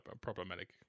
problematic